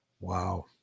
Wow